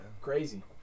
Crazy